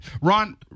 Ron